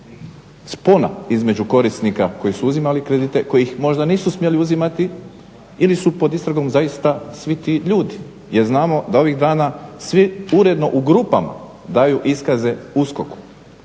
spona između korisnika koji su uzimali kredite, koji ih možda nisu smjeli uzimati ili su pod istragom zaista svi ti ljudi, jer znamo da ovih dana svi uredno u grupama daju iskaze USKOK-u